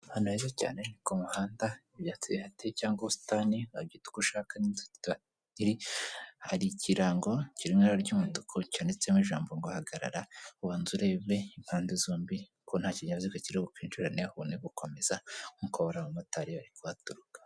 Ahantu heza cyane nik'umuhanda, ibyatsi birateye cyangwa ubusitani wabyita uko ushaka hari ikirango kiri mw'ibara ry'umutuku cyanditsemo ijambo ngo hagarara ubanze urebe impande zombi ko nta kinyaziga kiri bukwinjirane ubone gukomeza nk'uko hari abamotari bari kuhaturuka.